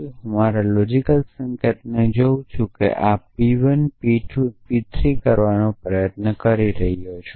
જો હું મારા લોજિકલ સંકેતને જોઉં તો હું આ P 1 P 2 P 3 કરવાનો પ્રયાસ કરી રહ્યો છું